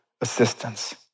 assistance